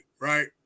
right